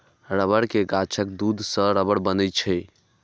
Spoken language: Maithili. रबड़ के गाछक दूध सं रबड़ बनै छै